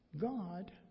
God